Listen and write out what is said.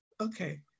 okay